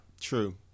true